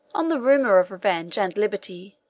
on the rumor of revenge and liberty,